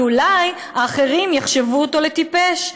כי אולי האחרים יחשבו אותו לטיפש.